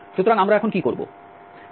সুতরাং আমরা এখন কি করব